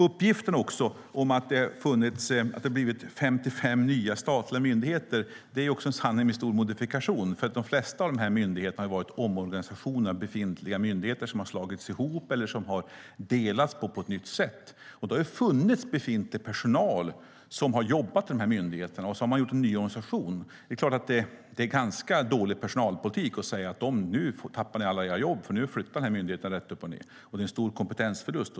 Uppgiften om att det har blivit 55 nya statliga myndigheter är en sanning med stor modifikation. För de flesta av de här myndigheterna har det varit omorganisation av befintliga myndigheter som har slagits ihop eller som har delats på ett nytt sätt. Då har det funnits befintlig personal som har jobbat i myndigheten, och så har man gjort en ny organisation. Det är klart att det är ganska dålig personalpolitik att då säga: Nu tappar ni alla jobb, för nu flyttar myndigheten rätt upp och ned, och det skulle också bli en stor kompetensförlust.